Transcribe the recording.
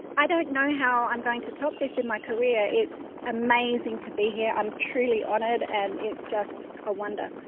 i don't know how i'm going to top this in my career. it's amazing to be here. i'm truly honoured and it's just a wonder.